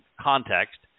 context